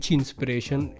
inspiration